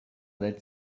that